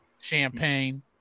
champagne